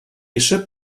eisiau